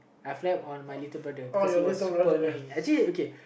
I flapped on my little brother because he was super annoying actually okay